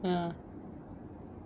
uh